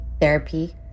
therapy